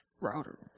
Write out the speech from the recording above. Router